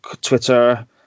Twitter